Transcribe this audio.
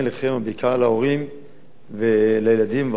אבל בעיקר להורים ולילדים בחופש הזה.